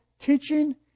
Teaching